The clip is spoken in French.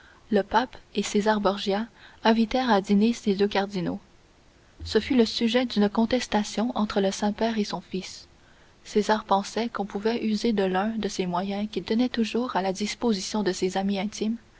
le pape et césar borgia invitèrent à dîner ces deux cardinaux ce fut le sujet d'une contestation entre le saint-père et son fils césar pensait qu'on pouvait user de l'un de ces moyens qu'il tenait toujours à la disposition de ses amis intimes